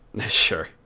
Sure